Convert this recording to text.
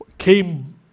Came